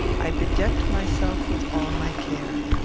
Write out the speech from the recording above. i bedecked myself with all my care.